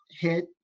hit